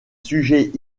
sujets